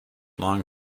long